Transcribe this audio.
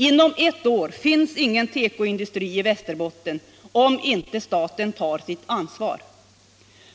Inom ett år finns ingen tekoindustri i Västerbotten om inte staten tar sitt ansvar.